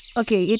okay